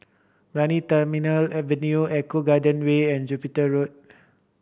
Brani Terminal Avenue Eco Garden Way and Jupiter Road